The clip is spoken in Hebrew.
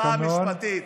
על ההפיכה המשפטית.